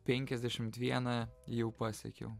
penkiasdešimt vieną jau pasiekiau